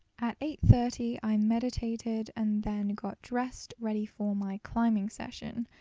at eight-thirty i meditated and then got dressed ready for my climbing session.